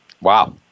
Wow